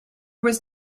was